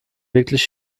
wirklich